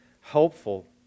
helpful